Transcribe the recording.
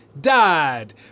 died